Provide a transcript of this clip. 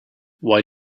why